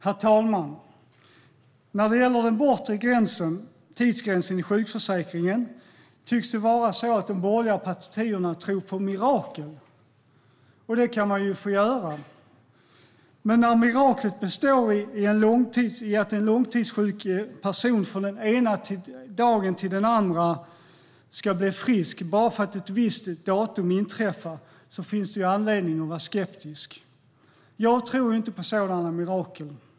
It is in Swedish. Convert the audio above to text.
Herr talman! När det gäller den bortre tidsgränsen i sjukförsäkringen tycks det vara så att de borgerliga partierna tror på mirakel. Det kan man ju få göra. Men när miraklet består i att en långtidssjuk person från den ena dagen till en annan ska bli frisk bara för att ett visst datum inträffar finns det anledning att vara skeptisk. Jag tror inte på sådana mirakel.